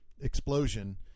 explosion